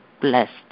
blessed